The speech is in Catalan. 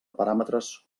paràmetres